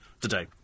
today